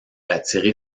attirer